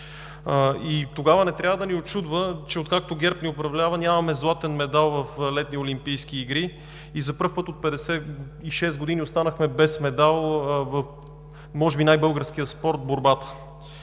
И тогава не трябва да ни учудва, че откакто ГЕРБ ни управлява, нямаме златен медал в летни олимпийски игри и за пръв път от 56 години останахме без медал в може би най-българския спорт – борбата,